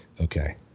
Okay